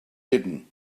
hidden